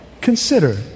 Consider